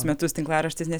metus tinklaraštis ne